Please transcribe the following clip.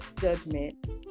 judgment